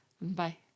Bye